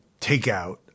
takeout